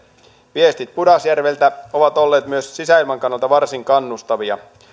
viestit pudasjärveltä ovat olleet myös sisäilman kannalta varsin kannustavia